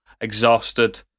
exhausted